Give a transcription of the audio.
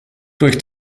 durch